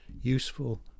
useful